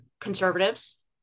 conservatives